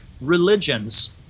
religions